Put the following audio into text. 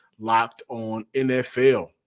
LOCKEDONNFL